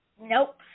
Nope